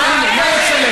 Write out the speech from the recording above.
מה הקשר?